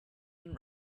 and